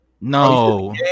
no